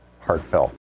heartfelt